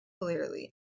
Clearly